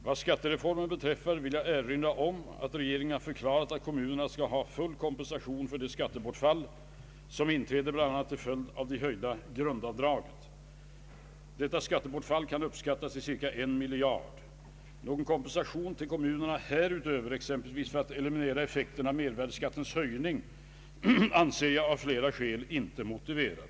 Vad skattereformen beträffar, vill jag erinra om att regeringen förklarat att kommunerna skall erhålla full kompensation för det skattebortfall som inträder bl.a. till följd av det höjda grundavdraget. Detta skattebortfall kan uppskattas till ca en miljard kronor. Någon kompensation till kommunerna härutöver, exempelvis för att eliminera effekten av mervärdeskattens höjning, anser jag av flera skäl inte motiverad.